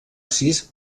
sis